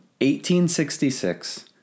1866